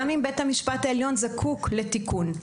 גם אם בית המשפט העליון זקוק לתיקון,